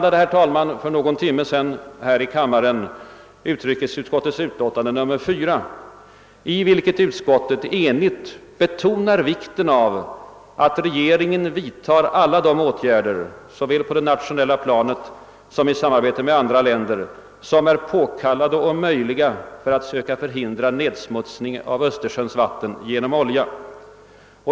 Vi behandlade för nå gon timme sedan i denna kammare utrikesutskottets utlåtande nr 4, i vilket utskottet enhälligt betonade vikten av att regeringen vidtar alla de åtgärder — såväl på det nationella planet som i samarbete med andra länder — som är påkallade och möjliga för att söka förhindra nedsmutsningen av Östersjöns vatten genom olja.